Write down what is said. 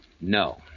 No